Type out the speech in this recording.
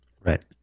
Right